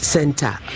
Center